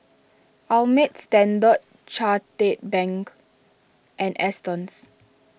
Ameltz Standard Chartered Bank and Astons